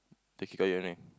taxi cover only